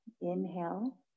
Inhale